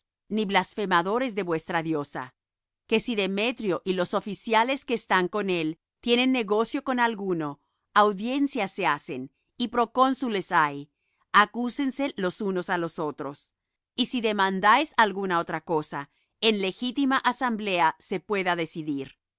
ni blasfemadores de vuestra diosa que si demetrio y los oficiales que están con él tienen negocio con alguno audiencias se hacen y procónsules hay acúsense los unos á los otros y si demandáis alguna otra cosa en legítima asamblea se pueda decidir